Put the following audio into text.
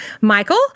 Michael